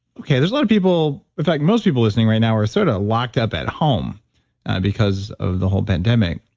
okay, there's a lot of people. in fact, most people listening right now are sort of locked up at home because of the whole pandemic.